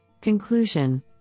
Conclusion